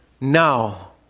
Now